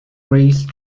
race